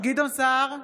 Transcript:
גדעון סער,